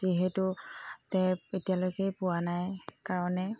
যিহেতু টেপ এতিয়ালৈকে পোৱা নাই কাৰণে